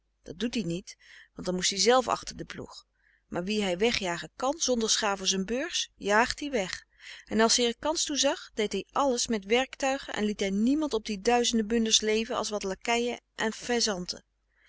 dat doet hij niet want dan moest hijzelf achter den ploeg maar wie hij wegjagen kan zonder scha voor zijn beurs jaagt hij weg en als hij er kans toe zag deed hij alles met werktuigen en liet hij niemand op die duizende bunders leven als wat lakeien en